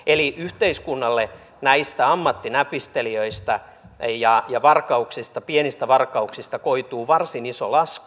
eli yhteiskunnalle näistä ammattinäpistelijöistä ja pienistä varkauksista koituu varsin iso lasku